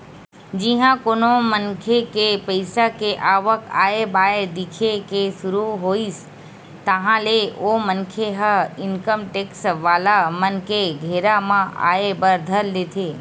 जिहाँ कोनो मनखे के पइसा के आवक आय बाय दिखे के सुरु होइस ताहले ओ मनखे ह इनकम टेक्स वाला मन के घेरा म आय बर धर लेथे